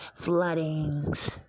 floodings